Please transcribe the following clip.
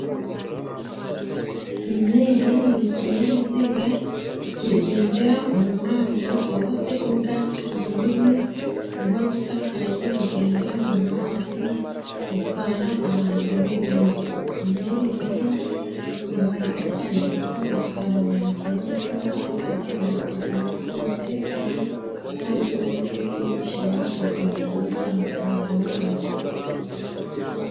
Imeri n'ikinyabiziga kigendera mu mazi cyangwa se ubwato bunini buba busakaye bugendera mu mazi butwara abantu n'ibintu, imeri rero ni nziza cyane kuko itwara abantu ku buryo bworoshye kandi abantu bakagenda bafite umutekano nta kibazo cy'uko imvura ishobora kugwa bukuzura bakaba barohaga.